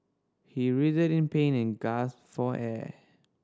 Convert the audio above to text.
he writhed in pain and gasped for air